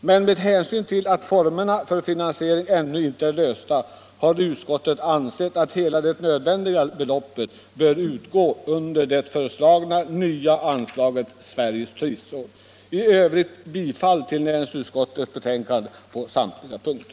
Men med hänsyn till att frågan om formerna för finansiering ännu inte är löst har utskottet ansett att hela det nödvändiga beloppet bör utgå under det föreslagna nya anslaget Sveriges turistråd. Herr talman! Jag yrkar bifall till näringsutskottets hemställan på samtliga punkter.